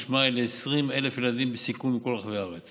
מאי ל-20,000 ילדים בסיכון בכל רחבי הארץ